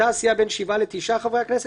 ג)מנתה הסיעה בין שבעה לתשעה חברי הכנסת,